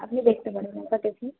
আপনি দেখতে পারেন একবার দেখুন